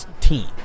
team